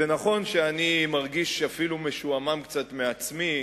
נכון שאני מרגיש אפילו משועמם קצת מעצמי